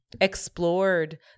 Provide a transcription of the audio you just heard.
explored